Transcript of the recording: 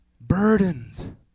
burdened